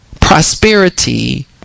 prosperity